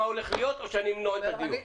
מה הולך להיות או שאני נועל את הדיון.